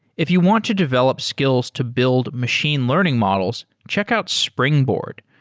if you want to develop skills to build machine learning models, check out springboard.